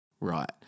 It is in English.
Right